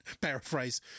paraphrase